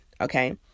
Okay